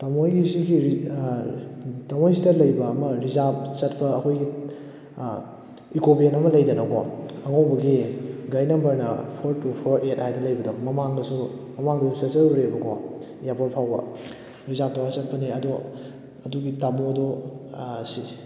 ꯇꯣꯃꯣꯍꯣꯏꯒꯤ ꯁꯤꯒꯤ ꯇꯣꯃꯣ ꯍꯣꯏ ꯁꯤꯗ ꯂꯩꯕ ꯑꯃ ꯔꯤꯖꯥꯕ ꯆꯠꯄ ꯑꯩꯈꯣꯏꯒꯤ ꯏꯀꯣ ꯚꯦꯟ ꯑꯃ ꯂꯩꯗꯅꯀꯣ ꯑꯉꯧꯕꯒꯤ ꯒꯥꯔꯤ ꯅꯝꯕꯔꯅ ꯐꯣꯔ ꯇꯨ ꯐꯣꯔ ꯑꯦꯠ ꯍꯥꯏꯗꯅ ꯂꯩꯕꯗꯣ ꯃꯃꯥꯡꯗꯁꯨ ꯃꯃꯥꯡꯗꯁꯨ ꯆꯠꯆꯔꯨꯔꯦꯕꯀꯣ ꯏꯌꯥꯔꯄꯣꯔ꯭ꯠ ꯐꯥꯎꯕ ꯔꯤꯖꯥꯕ ꯇꯧꯔꯒ ꯆꯠꯄꯅꯦ ꯑꯗꯣ ꯑꯗꯨꯒꯤ ꯇꯥꯃꯣꯗꯣ